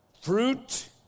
Fruit